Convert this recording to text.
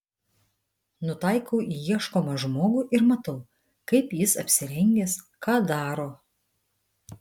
nutaikau į ieškomą žmogų ir matau kaip jis apsirengęs ką daro